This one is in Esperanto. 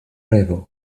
revo